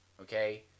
okay